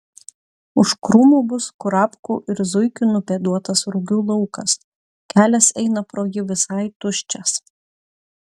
už krūmų bus kurapkų ir zuikių nupėduotas rugių laukas kelias eina pro jį visai tuščias